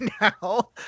now